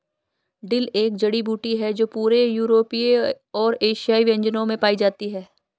dill एक जड़ी बूटी है जो पूरे यूरोपीय और एशियाई व्यंजनों में पाई जाती है